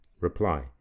Reply